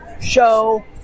show